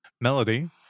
Melody